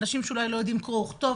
אנשים שאולי לא יודעים קרוא וכתוב,